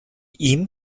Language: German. ihm